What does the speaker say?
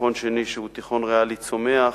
תיכון שני שהוא תיכון ריאלי צומח,